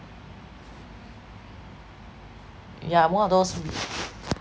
yeah I'm one of those with